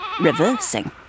reversing